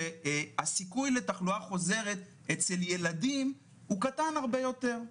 שהסיכוי לתחלואה חוזרת אצל ילדים הוא קטן הרבה יותר.